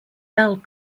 belle